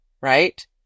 right